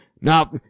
now